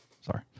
Sorry